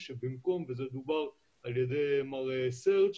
וזה דובר על ידי מר סרג',